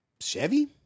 Chevy